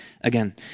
again